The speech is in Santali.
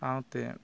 ᱥᱟᱶᱛᱮ